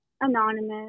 Anonymous